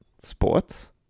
sports